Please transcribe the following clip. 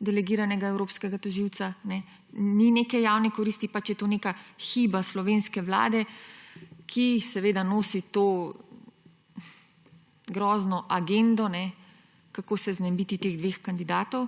delegiranega evropskega tožilca. Ni neke javne koristi, to je neka hiba slovenske vlade, ki nosi to grozno agendo, kako se znebiti teh dveh kandidatov.